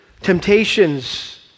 temptations